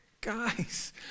guys